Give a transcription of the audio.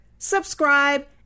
Subscribe